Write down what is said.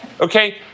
Okay